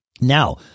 Now